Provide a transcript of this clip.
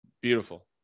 Beautiful